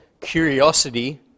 curiosity